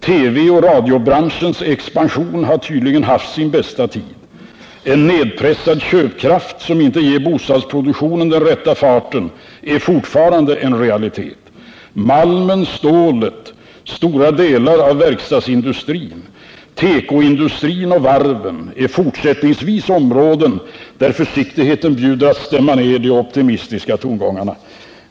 TV och radiobranschens expansion har tydligen haft sin bästa tid. En nedpressad köpkraft, som inte ger bostadsproduktionen den rätta farten, är fortfarande en realitet. Malmen, stålet, stora delar av verkstadsindustrin, tekoindustrin och varven är fortsättningsvis områden där försiktigheten bjuder oss att stämma ner de optimistiska tongångarna.